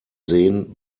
sehen